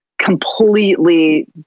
completely